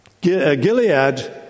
Gilead